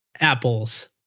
Apples